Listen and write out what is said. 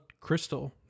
crystal